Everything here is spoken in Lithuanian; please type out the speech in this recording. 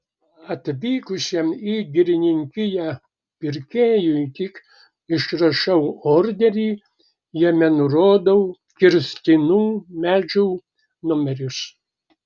atvykusiam į girininkiją pirkėjui tik išrašau orderį jame nurodau kirstinų medžių numerius